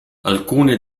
alcuni